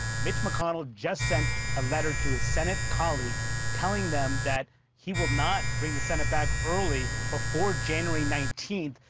mitch mcconnell just sent a letter to his senate colleagues telling them that he will not bring the senate back early before january nineteenth,